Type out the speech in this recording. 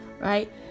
right